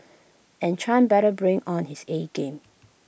and chan better bring on his A game